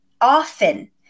often